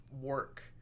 work